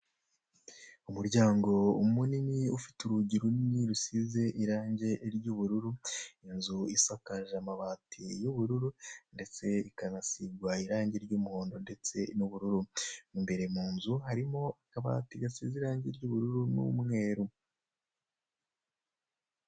Umuryango munini ufite urugi runini rusize irange ry'ubururu, inzu isakaje amabati y'ubururu ndetse ikanasigwa irange ry'umuhondo ndetse n'ubururu, imbere mu nzu harimo akabati gasize irange ry'ubururu n'umweru.